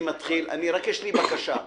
לי בקשה,